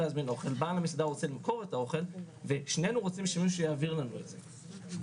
בעל המסעדה רוצה למכור את האוכל ושנינו רוצים שמישהו יעביר לנו את זה.